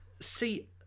See